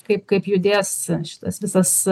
kaip kaip judės šitas visas